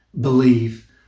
believe